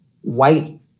white